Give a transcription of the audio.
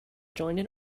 joined